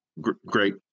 great